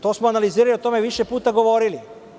To smo analizirali i o tome više puta govorili.